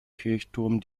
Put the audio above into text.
kirchturm